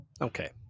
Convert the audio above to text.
Okay